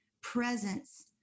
presence